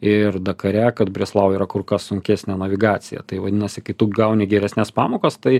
ir dakare kad breslau yra kur kas sunkesnė navigacija tai vadinasi kai tu gauni geresnes pamokas tai